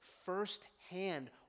firsthand